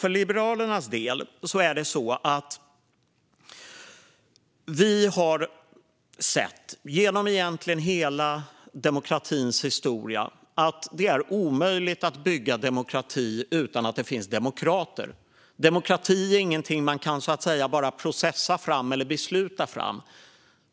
Vi liberaler har sett, egentligen genom hela demokratins historia, att det är omöjligt att bygga demokrati utan att det finns demokrater. Demokrati är ingenting man bara kan processa fram eller besluta fram.